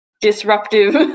disruptive